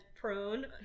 prone